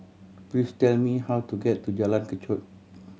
please tell me how to get to Jalan Kechot